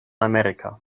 amerika